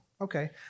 okay